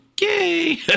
Yay